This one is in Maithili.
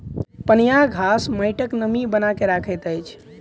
पनियाह घास माइटक नमी बना के रखैत अछि